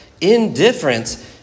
Indifference